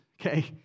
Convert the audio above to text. okay